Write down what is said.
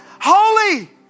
holy